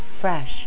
fresh